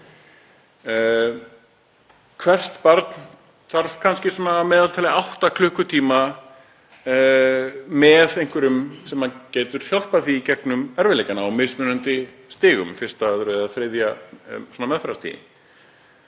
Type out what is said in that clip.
Hvert barn þarf kannski að meðaltali átta klukkutíma með einhverjum sem getur hjálpað því í gegnum erfiðleikana á mismunandi stigum, í fyrsta, öðru eða þriðja meðferðarstigi.